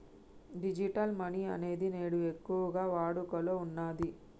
digital money అనేది నేడు ఎక్కువగా వాడుకలో ఉన్నది